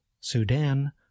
Sudan